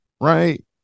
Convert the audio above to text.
right